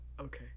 Okay